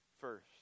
first